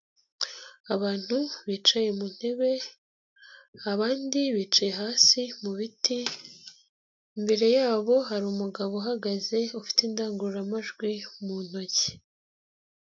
Abantu bicaye mu ntebe abandi bicaye hasi mu biti, imbere yabo hari umugabo uhagaze ufite indangururamajwi mu ntoki.